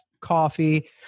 coffee